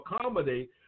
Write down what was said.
accommodate